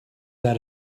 their